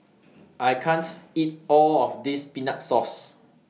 I can't eat All of This Peanut Paste